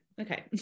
okay